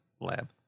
lab